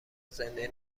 زنده